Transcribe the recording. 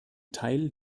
teil